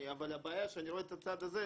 אבל הבעיה שאני רואה את הצד הזה,